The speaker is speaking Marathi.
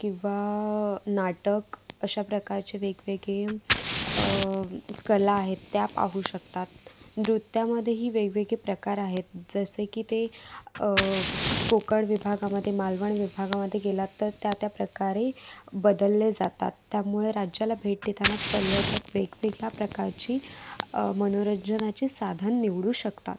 किंवा नाटक अशा प्रकारचे वेगवेगळे कला आहेत त्या पाहू शकतात नृत्यामध्येही वेगवेगळे प्रकार आहेत जसे की ते कोकण विभागामध्ये मालवण विभागामध्ये गेलात तर त्या त्या प्रकारे बदलले जातात त्यामुळे राज्याला भेट देताना पर्यटक वेगवेगळ्या प्रकारची मनोरंजनाची साधन निवडू शकतात